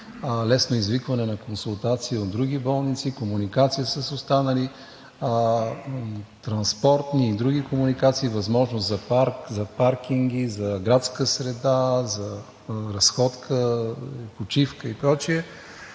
лесно извикване на консултации от други болници, комуникация с транспорт и други комуникации, възможност за парк, за паркинги, за градска среда, за разходка, почивка и